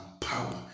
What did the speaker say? power